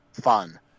fun